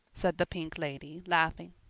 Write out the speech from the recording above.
said the pink lady, laughing.